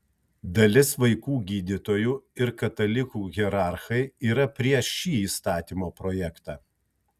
dalis vaikų gydytojų ir katalikų hierarchai yra prieš šį įstatymo projektą